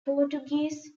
portuguese